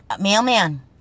Mailman